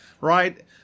right